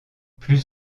plus